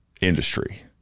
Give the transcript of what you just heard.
industry